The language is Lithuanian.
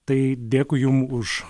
tai dėkui jum už